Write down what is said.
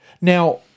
Now